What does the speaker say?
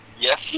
Yes